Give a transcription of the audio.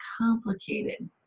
complicated